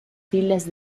filas